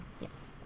Yes